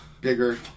bigger